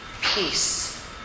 peace